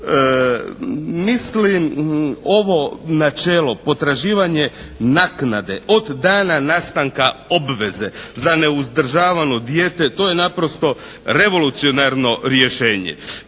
Mislim ovo načelo potraživanje naknade od dana nastanka obveze za neuzdržavano dijete, to je naprosto revolucionarno rješenje